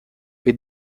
with